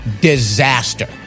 disaster